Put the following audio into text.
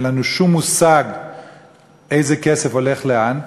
אין לנו שום מושג איזה כסף הולך לאן,